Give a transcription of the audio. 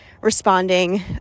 responding